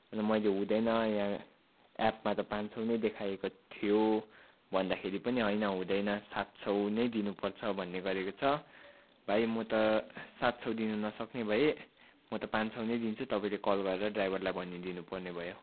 अन्त मैले हुँदैन यहाँ एपमा त पाँच सौ नै देखाएको थियो भन्दाखेरि पनि होइन हुँदैन सात सौ नै दिनु पर्छ भन्ने गरेको छ भाइ म त सात सौ दिनु नसक्ने भएँ म त पाँच सौ नै दिन्छु तपाईँले कल गरेर ड्राइभरलाई भनिदिनु पर्ने भयो